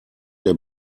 der